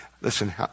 listen